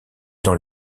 dans